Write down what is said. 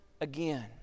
again